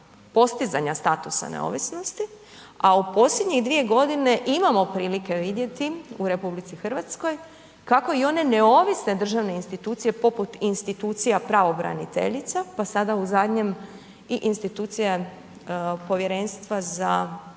postizanja statusa neovisnosti a u posljednje 2 godine imamo prilike vidjeti u RH kako i one neovisne državne institucije poput institucija pravobraniteljica, pa sada u zadnjem i institucija Povjerenstva za